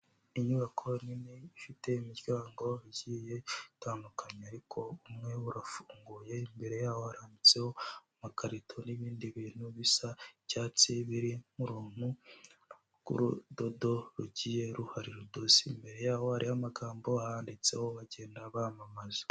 Inyubako nini ifite imiryango igiye itandukanye, ariko umwe urafunguye, imbere yaho harambitseho amakarito n'ibindi bintu bisa icyatsi, birimo uruntu rw'urudodo rugiye ruhari rudoze. Imbere yaho hariho amagambo ahanditseho bagenda bamamaza.